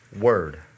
Word